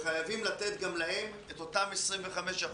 חייבים לתת גם להם את אותם 25%,